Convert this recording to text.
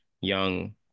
young